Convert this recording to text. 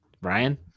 Brian